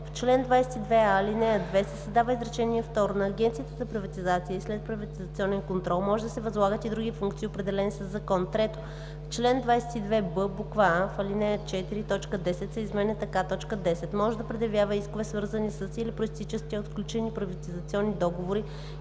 чл. 22а, ал. 2 се създава изречение второ: „На Агенцията за приватизация и следприватизационен контрол може да се възлагат и други функции, определени със закон.“ 3. В чл. 22б: а) в ал. 4 т. 10 се изменя така: „10. може да предявява искове, свързани със или произтичащи от сключени приватизационни договори,